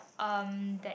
um that